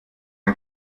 ein